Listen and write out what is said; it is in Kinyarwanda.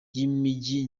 y’imijyi